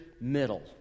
middle